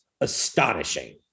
astonishing